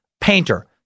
painter